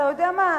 אתה יודע מה?